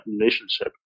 relationship